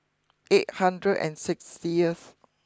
eight hundred and six